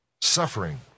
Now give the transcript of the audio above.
Suffering